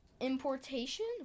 Importation